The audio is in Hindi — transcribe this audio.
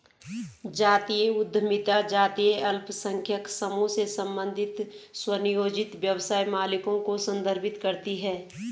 जातीय उद्यमिता जातीय अल्पसंख्यक समूहों से संबंधित स्वनियोजित व्यवसाय मालिकों को संदर्भित करती है